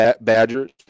Badgers